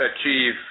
achieve